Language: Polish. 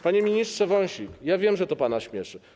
Panie ministrze Wąsik, ja wiem, że to pana śmieszy.